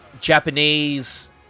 Japanese